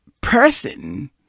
Person